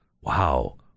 Wow